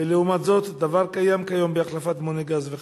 ולעומת זאת דבר הקיים כיום בהחלפת מוני גז וחשמל?